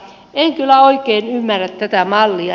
en kyllä oikein ymmärrä tätä mallia